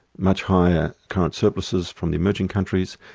much higher current surpluses from the emerging countries,